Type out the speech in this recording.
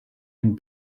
and